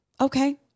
Okay